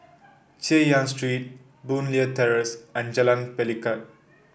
Chay Yan Street Boon Leat Terrace and Jalan Pelikat